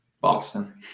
Boston